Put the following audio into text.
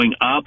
up